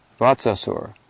Vatsasur